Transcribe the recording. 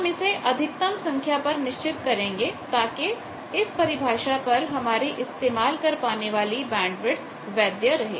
हम इसे अधिकतम संख्या पर निश्चित करेंगे ताकि इस परिभाषा पर हमारी इस्तेमाल कर पाने वाली बैंडविथ वैद्य रहे